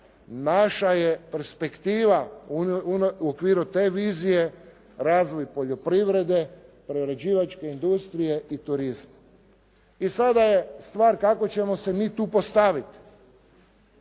naša je perspektiva u okviru te vizije razvoj poljoprivrede, prerađivačke industrije i turizma. I sada je stvar kako ćemo se mi tu postaviti.